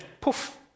poof